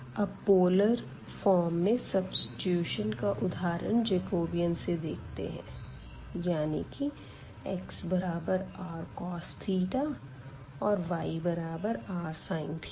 अब पोलर रूप में सब्सीट्यूटसन का उदाहरण जैकोबीयन से देखते है यानी कि x बराबर rcos और y बराबर rsin